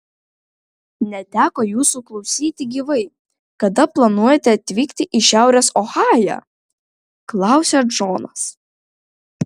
neteko jūsų klausyti gyvai kada planuojate atvykti į šiaurės ohają klausia džonas